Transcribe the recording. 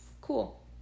cool